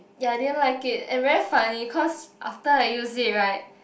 ya I didn't like it and very funny cause after I use it right